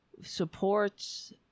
supports